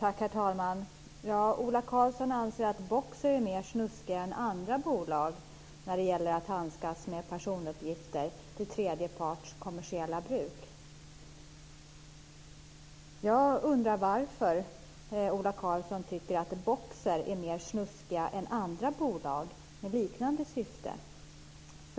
Herr talman! Ola Karlsson anser att Boxer är mer snuskigt än andra bolag när det gäller hantering av personuppgifter för tredje parts kommersiella bruk. Jag undrar varför Ola Karlsson tycker att Boxer är mer snuskigt än andra bolag med liknande syften.